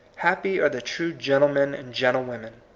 happy are the true gentlemen and gentlewomen.